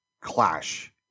clash